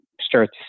start